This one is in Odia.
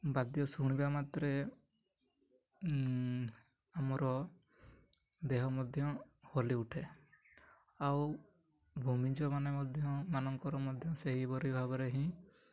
ବାଦ୍ୟ ଶୁଣିବା ମାତ୍ରେ ଆମର ଦେହ ମଧ୍ୟ ହଲି ଉଠେ ଆଉ ଭୂମିଜ ମାନେ ମଧ୍ୟ ମାନଙ୍କର ମଧ୍ୟ ସେହିପରି ଭାବରେ ହିଁ